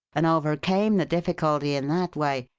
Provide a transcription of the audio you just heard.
and overcame the difficulty in that way.